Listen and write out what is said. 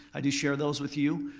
i do share those with you.